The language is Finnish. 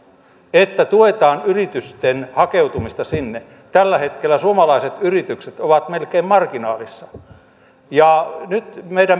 että tuetaan yritysten hakeutumista sinne tällä hetkellä suomalaiset yritykset ovat melkein marginaalissa nyt meidän